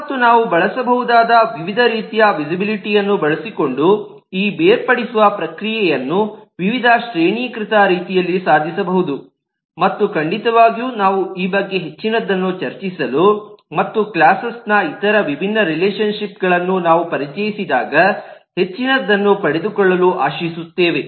ಮತ್ತು ನಾವು ಬಳಸಬಹುದಾದ ವಿವಿಧ ರೀತಿಯ ವಿಸಿಬಿಲಿಟಿಅನ್ನು ಬಳಸಿಕೊಂಡು ಈ ಬೇರ್ಪಡಿಸುವ ಪ್ರಕ್ರಿಯೆಯನ್ನು ವಿವಿಧ ಶ್ರೇಣೀಕೃತ ರೀತಿಯಲ್ಲಿ ಸಾಧಿಸಬಹುದು ಮತ್ತು ಖಂಡಿತವಾಗಿಯೂ ನಾವು ಈ ಬಗ್ಗೆ ಹೆಚ್ಚಿನದನ್ನು ಚರ್ಚಿಸಲು ಮತ್ತು ಕ್ಲಾಸೆಸ್ನ ಇತರ ವಿಭಿನ್ನ ರಿಲೇಶನ್ ಶಿಪ್ಗಳನ್ನು ನಾವು ಪರಿಚಯಿಸಿದಾಗ ಹೆಚ್ಚಿನದನ್ನು ಪಡೆದುಕೊಳ್ಳಲು ಆಶಿಸುತ್ತೇವೆ